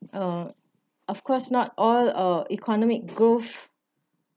uh of course not all uh economic growth